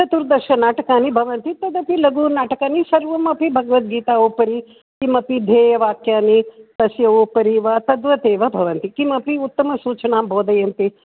चतुर्दश नाटकानि भवन्ति तदपि लधु नाटकानि सर्वमपि भगवद्गीतायाः उपरि किमपि ध्येयवाक्यानि तस्योपरि वा तद्वत् एव भवन्ति किमपि उत्तमसूचनां बोधयन्ति